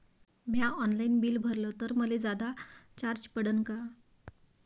म्या online bill भरलं तर मले जादा चार्ज पडन का?